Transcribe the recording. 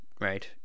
right